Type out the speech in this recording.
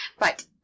Right